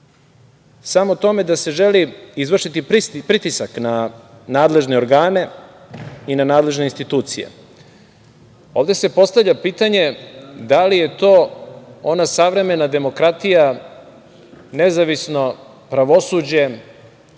samo tome da se želi izvršiti pritisak na nadležne organe i na nadležne institucije. Ovde se postavlja pitanje da li je to ona savremena demokratije, nezavisno pravosuđe